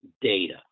data